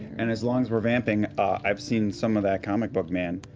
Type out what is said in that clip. and as long as we're vamping, i've seen some of that comic book, man.